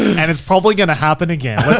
and it's probably gonna happen again.